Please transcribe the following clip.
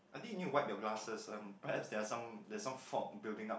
I think you need to wipe your glasses um perhaps there are some there's some fog building up